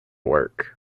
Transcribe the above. work